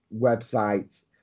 website